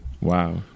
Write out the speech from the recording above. Wow